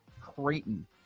Creighton